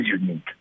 unique